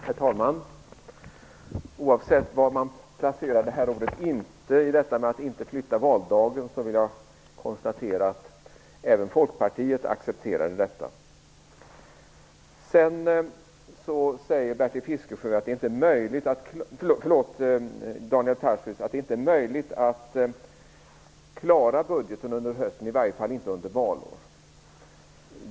Herr talman! Oavsett var man placerar ordet ''inte'' när det gäller att inte flytta valdagen, konstaterar jag att även Folkpartiet accepterade det här. Daniel Tarschys sade att det inte är möjligt att klara av budgeten under hösten, åtminstone inte under valår.